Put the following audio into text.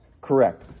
correct